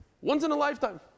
once-in-a-lifetime